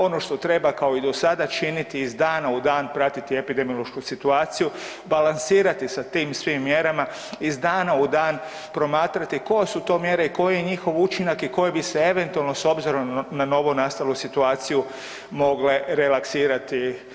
Ono što treba kao i do sada činiti iz dana u dan pratiti epidemiološku situaciju, balansirati sa tim svim mjerama, iz dana u dan promatrati koje su to mjere i koji je njihov učinak i koje bi se eventualno s obzirom na novonastalu situaciju mogle relaksirati.